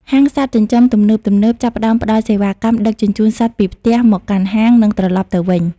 ហាងសត្វចិញ្ចឹមទំនើបៗចាប់ផ្ដើមផ្ដល់សេវាកម្មដឹកជញ្ជូនសត្វពីផ្ទះមកកាន់ហាង និងត្រឡប់ទៅវិញ។